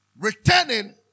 returning